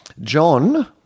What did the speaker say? John